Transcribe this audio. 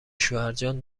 شوهرجان